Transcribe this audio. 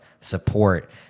support